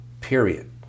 period